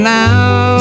now